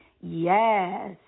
yes